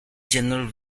general